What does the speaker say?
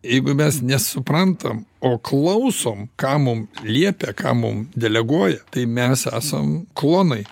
jeigu mes nesuprantam o klausom ką mum liepia ką mum deleguoja tai mes esam klonai